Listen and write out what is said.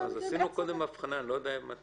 עשינו קודם הבחנה, אני לא יודע אם היית